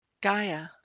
Gaia